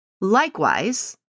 Likewise